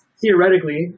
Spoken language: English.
theoretically